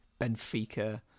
Benfica